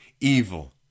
evil